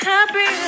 Happy